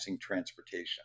transportation